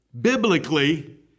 biblically